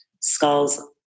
skulls